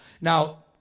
Now